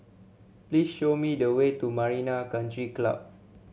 please show me the way to Marina Country Club